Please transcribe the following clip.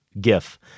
gif